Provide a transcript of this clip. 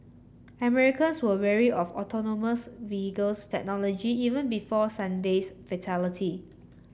Americans were wary of autonomous vehicles technology even before Sunday's fatality